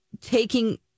taking